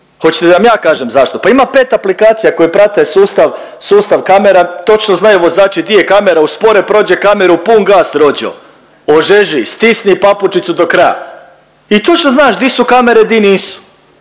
Hoćete da vam ja kažem zašto? Pa ima 5 aplikacija koje prate sustav, sustav kamera točno znaju vozači gdje je kamera, uspore, prođe kameru pun gas rođo, ožeži stisni papučicu do kraja. I točno znaš di su kamere di nisu